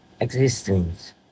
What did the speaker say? existence